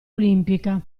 olimpica